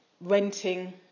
Renting